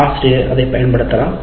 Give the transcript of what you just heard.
ஆசிரியர் அதைப் பயன்படுத்தலாம்